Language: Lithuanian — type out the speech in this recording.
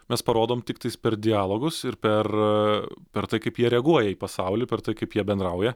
mes parodom tiktais per dialogus ir per per tai kaip jie reaguoja į pasaulį per tai kaip jie bendrauja